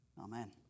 amen